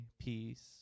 peace